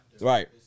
right